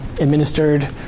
administered